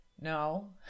No